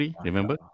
remember